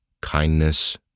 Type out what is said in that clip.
kindness